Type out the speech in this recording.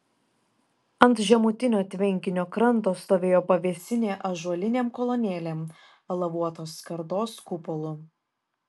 ant žemutinio tvenkinio kranto stovėjo pavėsinė ąžuolinėm kolonėlėm alavuotos skardos kupolu